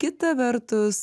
kita vertus